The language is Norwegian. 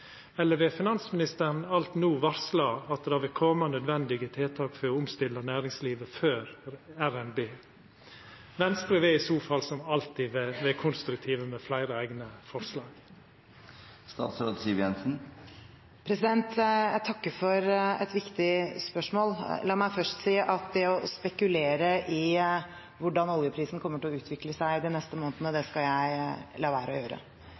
eller om finansministeren alt no vil varsla at det vil koma nødvendige tiltak for å omstilla næringslivet, før revidert nasjonalbudsjett. Venstre vil i så fall, som alltid, vera konstruktive, med fleire eigne forslag. Takk for et viktig spørsmål. La meg først si at det å spekulere om hvordan oljeprisen kommer til å utvikle seg i de neste månedene, skal jeg la være å gjøre.